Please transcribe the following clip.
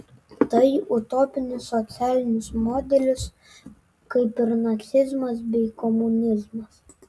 tai utopinis socialinis modelis kaip ir nacizmas bei komunizmas